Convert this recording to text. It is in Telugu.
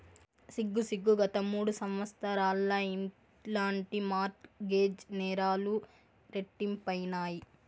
సిగ్గు సిగ్గు, గత మూడు సంవత్సరాల్ల ఇలాంటి మార్ట్ గేజ్ నేరాలు రెట్టింపైనాయి